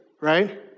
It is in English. right